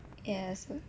yes